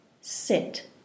sit